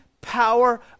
power